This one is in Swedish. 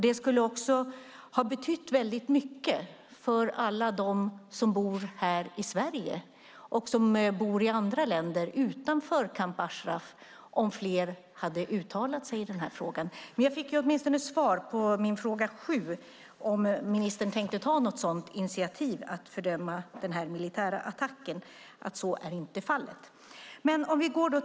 Det skulle ha betytt väldigt mycket för alla dem som bor här i Sverige och i andra länder utanför Camp Ashraf om fler hade uttalat sig i den här frågan. Jag fick åtminstone svar på min fråga 7, om ministern tänker ta något initiativ till att fördöma den militära attacken, att så inte är fallet.